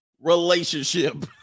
relationship